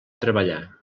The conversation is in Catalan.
treballar